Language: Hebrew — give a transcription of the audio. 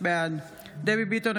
בעד דבי ביטון,